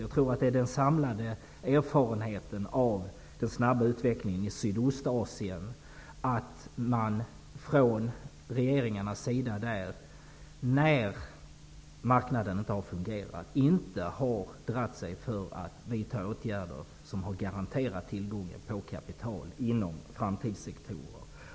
Jag tror att den samlade erfarenheten av den snabba utvecklingen i Sydostasien är att man från regeringarnas sida där, när marknaden inte har fungerat, inte har dragit sig för att vidta åtgärder som har garanterat tillgången på kapital inom framtidssektorer.